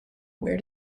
where